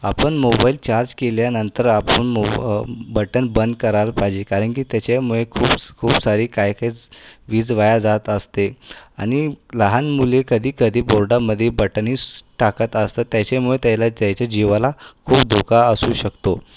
आपण mobile charge केल्यानंतर आपण मोब बटण बंद करायला पाहिजे कारण की त्याच्यामुळे खूप खूप सारी काय तेच वीज वाया जात असते आणि लहान मुले कधी कधी तोंडामध्ये बटनेच टाकत असतात त्याच्यामुळे त्याला त्याच्या जीवाला खूप धोका असू शकतो